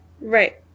right